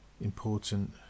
important